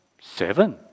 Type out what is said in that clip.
Seven